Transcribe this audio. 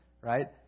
right